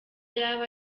yaba